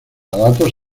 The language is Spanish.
datos